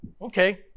Okay